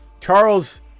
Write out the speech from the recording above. Charles